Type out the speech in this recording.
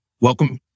welcome